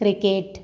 cricket